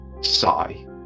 sigh